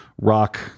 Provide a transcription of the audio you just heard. rock